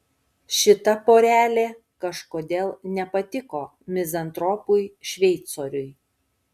šita porelė kažkodėl nepatiko mizantropui šveicoriui